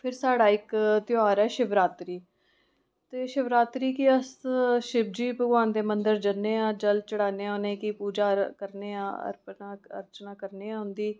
फिर साढ़ा इक त्यौहार ऐ शिवरात्री ते शिवरात्री गी अस शिव जी भगवान दे मंदर जन्ने आं जल चढ़ाने आं इं'दी पूजा करने आं अर्चना करने आं उं'दी